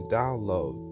download